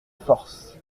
force